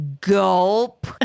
Gulp